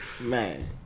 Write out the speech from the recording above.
man